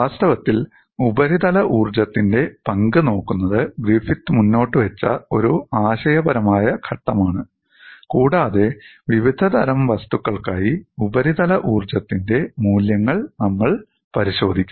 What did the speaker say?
വാസ്തവത്തിൽ ഉപരിതല ഊർജ്ജത്തിന്റെ പങ്ക് നോക്കുന്നത് ഗ്രിഫിത്ത് മുന്നോട്ടുവച്ച ഒരു ആശയപരമായ ഘട്ടമാണ് കൂടാതെ വിവിധതരം വസ്തുക്കൾക്കായി ഉപരിതല ഊർജ്ജത്തിന്റെ മൂല്യങ്ങൾ നമ്മൾ പരിശോധിക്കും